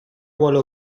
vuole